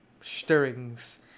stirrings